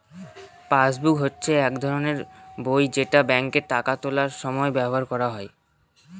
passbook হচ্ছে এক ধরনের বই যেটা ব্যাঙ্কে টাকা তোলার সময় ব্যবহার করা হয়